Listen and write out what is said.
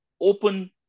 open